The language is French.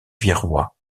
virois